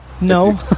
No